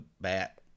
bat